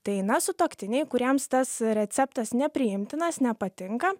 tai na sutuoktiniai kuriems tas receptas nepriimtinas nepatinka